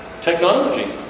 technology